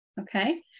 Okay